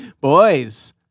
Boys